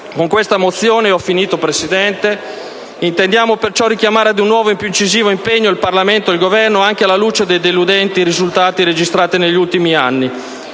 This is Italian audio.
Con questa mozione intendiamo perciò richiamare ad un nuovo e più incisivo impegno il Parlamento e il Governo, anche alla luce dei deludenti risultati registrati negli ultimi anni